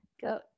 go